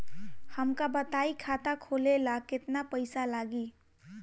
हमका बताई खाता खोले ला केतना पईसा लागी?